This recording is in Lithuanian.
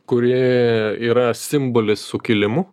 kuri yra simbolis sukilimų